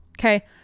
okay